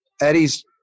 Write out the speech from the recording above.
Eddie's